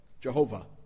Jehovah